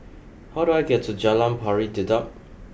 how do I get to Jalan Pari Dedap